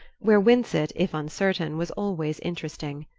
where winsett, if uncertain, was always interesting.